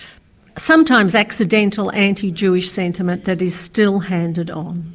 sometimes accidental, anti-jewish sentiment that is still handed on.